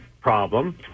problem